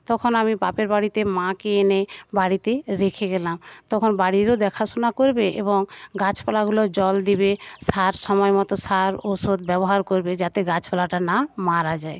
তখন আমি বাপের বাড়িতে মাকে এনে বাড়িতে রেখে গেলাম তখন বাড়িরও দেখাশোনা করবে এবং গাছপালাগুলোর জল দেবে সার সময়মত সার ওষুধ ব্যবহার করবে যাতে গাছপালাটা না মারা যায়